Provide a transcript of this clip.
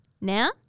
Now